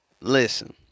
Listen